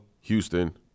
Houston